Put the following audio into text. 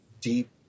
deep